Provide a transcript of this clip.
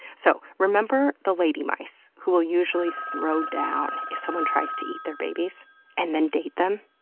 so, remember the lady mice who will usually throw down if someone tries to eat their babies and then date them?